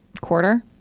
Quarter